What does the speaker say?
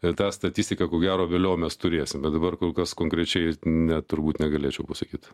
tą statistiką ko gero vėliau mes turėsim bet dabar kol kas konkrečiai net turbūt negalėčiau pasakyt